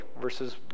versus